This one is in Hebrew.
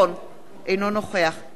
אינו נוכח ליה שמטוב,